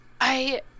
I-